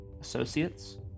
associates